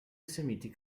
semitic